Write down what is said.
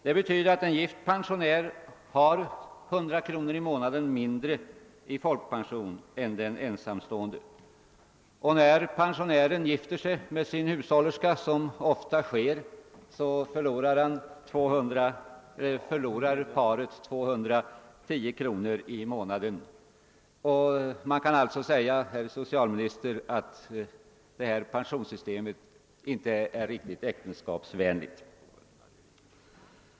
Det betyder att en gift pensionär har ca 100 kronor i månaden mindre i folkpension än en ensamstående. När en pensionär gifter sig med sin hushållerska, såsom ofta inträffar, förlorar paret 210 kronor i månaden. Man kan alltså säga, herr socialminister, att detta pensionssystem inte är riktigt äktenskapsyänligt.